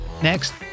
Next